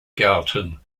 gärten